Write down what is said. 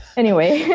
anyway.